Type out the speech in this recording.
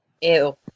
ew